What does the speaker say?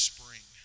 Spring